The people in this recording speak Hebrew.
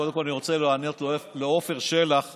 קודם כול אני רוצה לענות לעפר שלח,